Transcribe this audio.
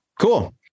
cool